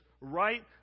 right